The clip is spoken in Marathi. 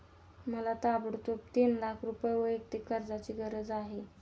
मला ताबडतोब तीन लाख रुपये वैयक्तिक कर्जाची गरज आहे